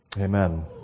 Amen